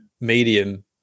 medium